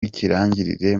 w’ikirangirire